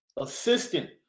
assistant